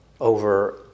over